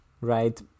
right